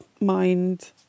mind